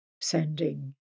sending